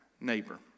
neighbor